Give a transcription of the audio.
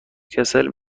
کسل